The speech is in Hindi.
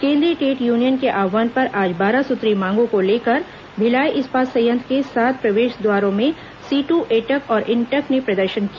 केंद्रीय ट्रेड यूनियन के आव्हान पर आज बारह सुत्रीय मांगों को लेकर भिलाई इस्पात संयंत्र के सात प्रवेश द्वारों में सीटू एटक और इंटक ने प्रदर्शन किया